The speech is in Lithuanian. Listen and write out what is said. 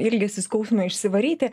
ilgesį skausmą išsivaryti